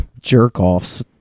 jerk-offs